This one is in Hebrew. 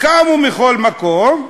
קמו מכל מקום,